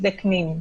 ומזדקנים?